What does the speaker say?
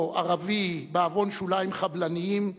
או ערבי, בעוון שוליים חבלניים,